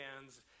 hands